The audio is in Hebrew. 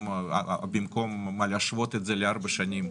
במקום להשוות את זה לארבע שנים,